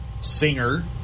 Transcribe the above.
singer